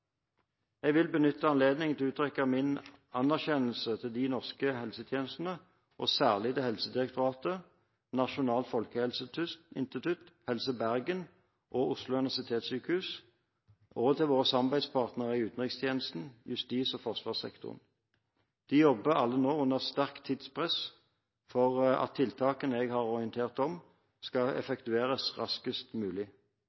Jeg vil benytte anledningen til å uttrykke min anerkjennelse til de norske helsetjenestene, særlig til Helsedirektoratet, Nasjonalt folkehelseinstitutt, Helse Bergen og Oslo universitetssykehus og til våre samarbeidspartnere i utenrikstjenesten og i justis- og forsvarssektoren. De jobber alle under sterkt tidspress for at tiltakene jeg har orientert om, skal